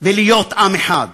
ולהיות עם אחד,